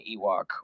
Ewok